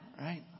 Right